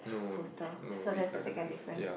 poster so that's the second different